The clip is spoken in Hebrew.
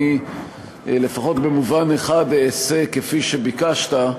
אני לפחות במובן אחד אעשה כפי שביקשת,